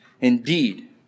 Indeed